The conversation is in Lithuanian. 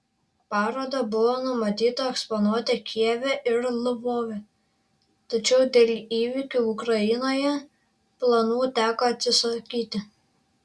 parodą buvo numatyta eksponuoti kijeve ir lvove tačiau dėl įvykių ukrainoje planų teko atsisakyti